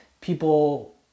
people